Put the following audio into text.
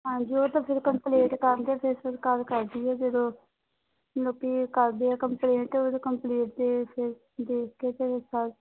ਹਾਂਜੀ ਉਹ ਤਾਂ ਫਿਰ ਕੰਪਲੇਂਟ ਕਰਦੇ ਫਿਰ ਸਰਕਾਰ ਕਰਦੀ ਹੈ ਫਿਰ ਮਤਲਬ ਕੀ ਕਰਦੇ ਆ ਕੰਪਲੇਂਟ ਉਸ ਕੰਪਲੇਂਟ 'ਤੇ ਦੇਖ ਕੇ ਅਤੇ ਸਰ